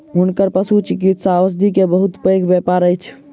हुनकर पशुचिकित्सा औषधि के बहुत पैघ व्यापार अछि